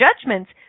judgments